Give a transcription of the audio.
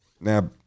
Now